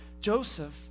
Joseph